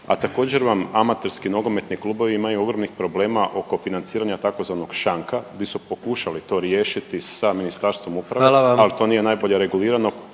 a također vam amaterski nogometni klubovi imaju ogromnih problema oko financiranja tzv. šanka di su pokušali to riješiti sa Ministarstvom uprave .../Upadica: Hvala